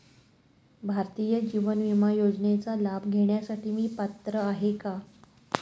भारतीय जीवन विमा योजनेचा लाभ घेण्यासाठी मी पात्र आहे का?